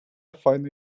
файно